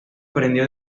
aprendió